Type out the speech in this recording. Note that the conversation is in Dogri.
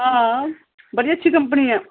आं बड़ी अच्छी कंपनी ऐ